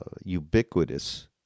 ubiquitous